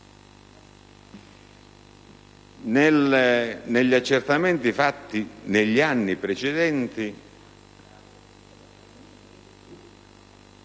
gli accertamenti fatti negli anni precedenti